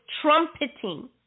trumpeting